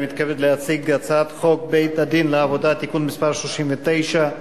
אני מתכבד להציג את הצעת חוק בית-הדין לעבודה (תיקון מס' 39),